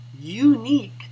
unique